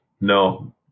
No